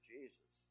Jesus